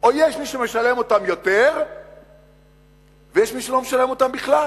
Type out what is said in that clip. או יש מי שמשלם אותם יותר ויש מי שלא משלם אותם בכלל?